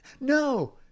No